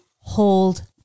Hold